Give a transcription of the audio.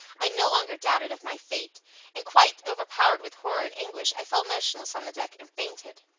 i no longer doubted of my fate and, quite overpowered with horror and anguish, i fell motionless on the deck and fainted.